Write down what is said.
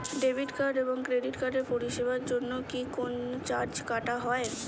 Debit card এবং credit কার্ডের পরিষেবার জন্য কি কোন চার্জ কাটা হয়?